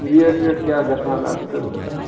rate weight کیٛاہ گژھان اَتھ تہٕ